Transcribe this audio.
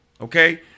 Okay